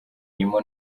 irimo